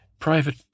private